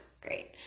great